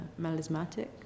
melismatic